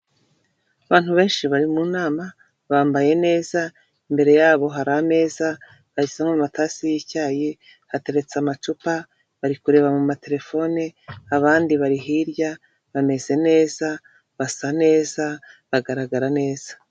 Abantu benshi bari mu nama, bambaye neza, imbere yabo hari ameza bashyizemo amatasi y'icyayi, hateretse amacupa, bari kureba mu materefone abandi bari hirya bameze neza, basa neza, bagaragara neza.